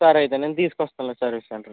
సరే అయితే నేను తీసుకొస్తానులే సర్వీస్ సెంటర్కి